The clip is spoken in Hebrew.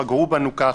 פגעו בנו ככה,